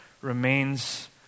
remains